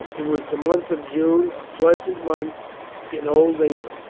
it was the month of june, a pleasant month in old england,